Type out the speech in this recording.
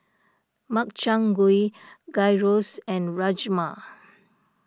Makchang Gui Gyros and Rajma